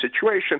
situation